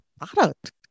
product